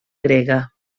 grega